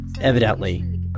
evidently